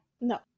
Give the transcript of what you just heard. No